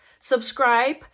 subscribe